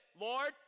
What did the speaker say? Lord